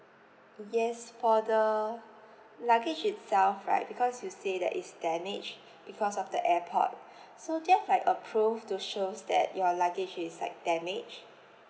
yes for the luggage itself right because you say that is damage because of the airport so just like a prove to shows that your luggage is like damage